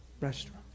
restaurant